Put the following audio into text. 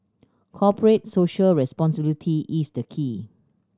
Corporate Social Responsibility is the key